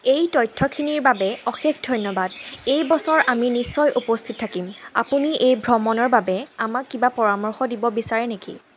এই তথ্যখিনিৰ বাবে অশেষ ধন্যবাদ এই বছৰ আমি নিশ্চয় উপস্থিত থাকিম আপুনি এই ভ্ৰমণৰ বাবে আমাক কিবা পৰামৰ্শ দিব বিচাৰে নেকি